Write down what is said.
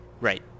Right